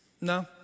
No